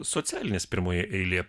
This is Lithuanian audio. socialinės pirmoje eilėje